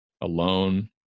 alone